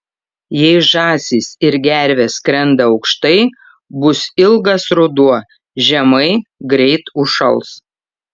jei žąsys ir gervės skrenda aukštai bus ilgas ruduo žemai greit užšals